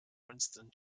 winston